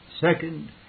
Second